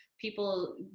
people